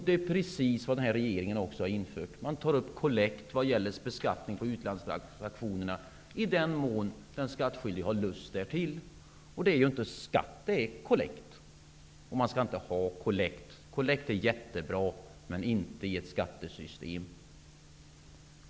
Det är precis detta som denna regering har infört. Den tar upp kollekt när det gäller beskattning på utlandstransaktionerna i den mån som den skattskyldige har lust därtill. Det är inte skatt, utan det är kollekt. Och man skall inte ha kollekt. Kollekt är jättebra, men inte i ett skattesystem.